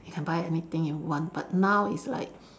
you can buy anything you want but now it's like